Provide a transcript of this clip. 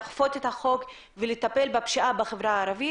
לאכוף את החוק ולטפל בפשיעה בחברה הערבית?